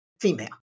female